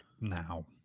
now